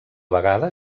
vegada